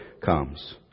comes